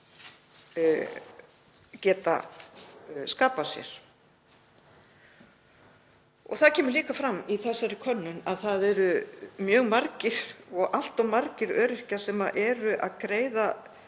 geta skapað sér? Það kemur líka fram í þessari könnun að það eru mjög margir og allt of margir öryrkjar sem eru að greiða